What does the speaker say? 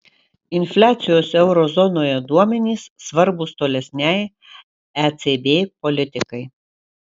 infliacijos euro zonoje duomenys svarbūs tolesnei ecb politikai